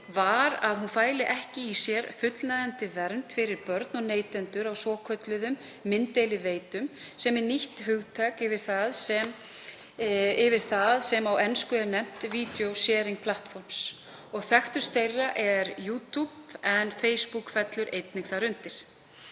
var að hún fæli ekki í sér fullnægjandi vernd fyrir börn og neytendur á svokölluðum mynddeiliveitum, sem er nýtt hugtak yfir það sem á ensku er nefnt „video sharing platforms“. Þekktust þeirra er YouTube en Facebook fellur einnig þar undir.